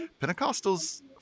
Pentecostals